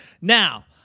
Now